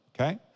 okay